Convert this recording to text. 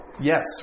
Yes